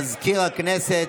מזכיר הכנסת,